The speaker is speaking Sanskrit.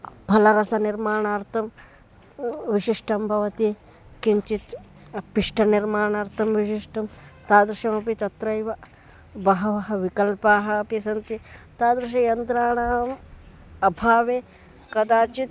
फलरसनिर्माणार्थं विशिष्टं भवति किञ्चित् पिष्टनिर्माणार्थं विशिष्टं तादृशमपि तत्रैव बहवः विकल्पाः अपि सन्ति तादृशयन्त्राणाम् अभावे कदाचित्